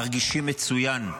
מרגישות מצוין,